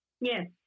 Yes